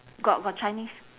got got chinese